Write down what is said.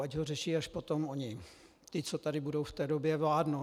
Ať ho řeší až potom oni, ti, co tady budou v té době vládnout...